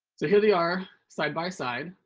so here they are side by side.